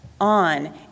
on